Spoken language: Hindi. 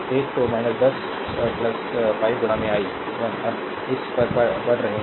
1 तो 10 5 i 1 अब इस पर बढ़ रहे हैं